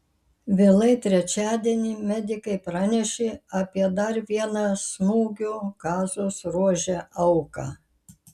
vėlai trečiadienį medikai pranešė apie dar vieną smūgių gazos ruože auką